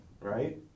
right